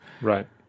Right